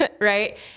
right